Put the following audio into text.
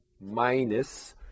minus